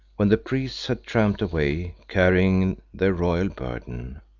when the priests had tramped away carrying their royal burden,